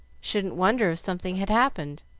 shouldn't wonder if something had happened.